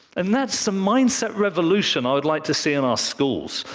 and that's the mindset revolution i'd like to see in our schools.